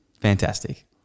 fantastic